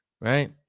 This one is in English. Right